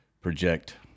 project